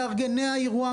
מארגני האירוע,